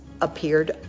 appeared